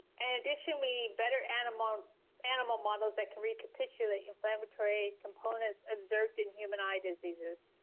and addition, we better animal animal models that can recapitulate inflammatory components observed in human eye diseases.